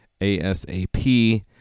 ASAP